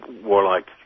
warlike